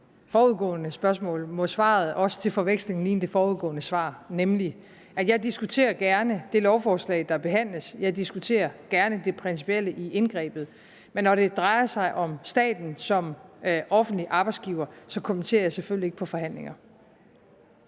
forudgående spørgsmål, må svaret også til forveksling ligne det forudgående svar, nemlig: Jeg diskuterer gerne det lovforslag, der behandles, jeg diskuterer gerne det principielle i indgrebet, men når det drejer sig om staten som offentlig arbejdsgiver, kommenterer jeg selvfølgelig ikke på forhandlinger.